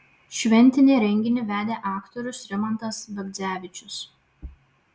šventinį renginį vedė aktorius rimantas bagdzevičius